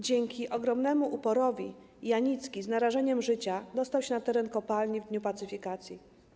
Dzięki ogromnemu uporowi Janicki z narażeniem życia dostał się na teren kopalni w dniu pacyfikacji.